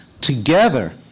together